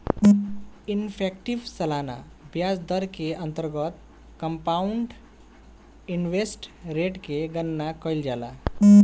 effective सालाना ब्याज दर के अंतर्गत कंपाउंड इंटरेस्ट रेट के गणना कईल जाला